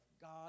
God